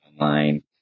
online